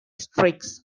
streaks